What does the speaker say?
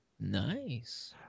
nice